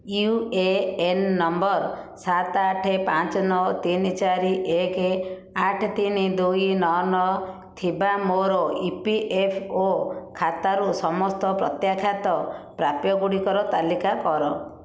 you A N number ସାତ ଆଠ ପାଞ୍ଚ ନଅ ତିନି ଚାରି ଏକ ଆଠ ତିନି ଦୁଇ ନଅ ନଅ ଥିବା ମୋର ଇ ପି ଏଫ୍ ଓ ଖାତାରୁ ସମସ୍ତ ପ୍ରତ୍ୟାଖ୍ୟାତ ପ୍ରାପ୍ୟଗୁଡ଼ିକର ତାଲିକା କର